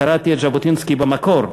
קראתי את ז'בוטינסקי במקור.